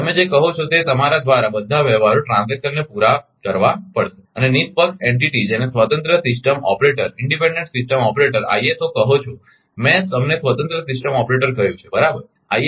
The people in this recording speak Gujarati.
તમે જે કહો છો તે તમારા દ્વારા બધા વ્યવહારોને પૂરા કરવા પડશે અને નિષ્પક્ષ એન્ટિટી જેને સ્વતંત્ર સિસ્ટમ ઓપરેટર આઇએસઓ કહો છે મેં તમને સ્વતંત્ર સિસ્ટમ ઓપરેટર કહ્યું છે બરાબર આઇ